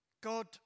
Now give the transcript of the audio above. God